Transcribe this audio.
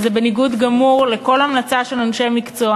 זה בניגוד גמור לכל המלצה של אנשי מקצוע